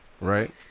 Right